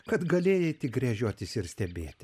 kad galėjai tik gręžiotis ir stebėti